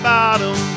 Bottom